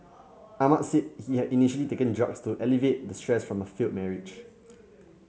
Ahmad said he had initially taken drugs to alleviate the stress from a failed marriage